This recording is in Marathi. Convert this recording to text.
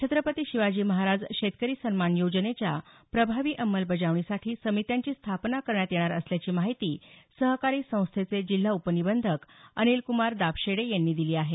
छत्रपती शिवाजी महाराज शेतकरी सन्मान योजनेच्या प्रभावी अंमलबजावणीसाठी समित्यांची स्थापना करण्यात येणार असल्याची माहिती सहकारी संस्थेचे जिल्हा उपनिबंधक अनिलक्मार दाबशेडे यांनी दिली आहे